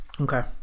Okay